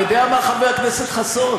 אתה יודע מה, חבר הכנסת חסון?